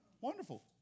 Wonderful